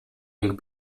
ink